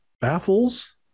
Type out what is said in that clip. baffles